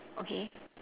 okay